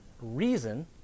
reason